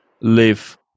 live